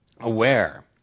aware